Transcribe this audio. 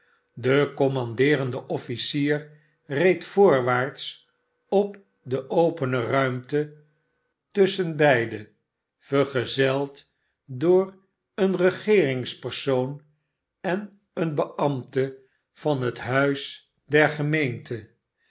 de commandeerende omcier reed voorwaarts op de opene ruimte russchen beide vergezeld door een regeeringspersoon en een beambte van het huis der gemeenten